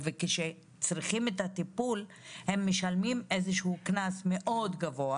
וכשהם צריכים את הטיפול הם משלמים קנס גבוה מאוד